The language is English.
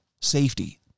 safety